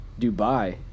Dubai